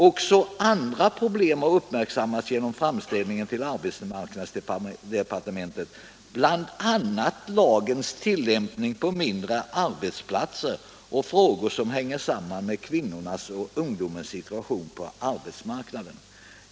Också andra problem har uppmärksammats genom framställningar till arbetsmarknadsdepartementet, bl.a. lagens tillämpning på de mindre arbetsplatserna och frågor som hänger samman med kvinnornas och ungdomarnas situation på arbetsmarknaden.